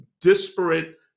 disparate